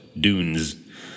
Dunes